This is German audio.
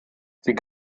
sie